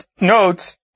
notes